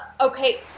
okay